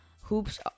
Hoops